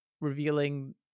revealing